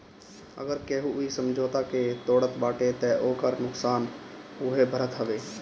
अगर केहू इ समझौता के तोड़त बाटे तअ ओकर नुकसान उहे भरत हवे